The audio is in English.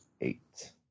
Eight